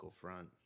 front